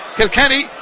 Kilkenny